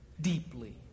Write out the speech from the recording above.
deeply